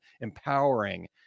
empowering